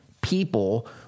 people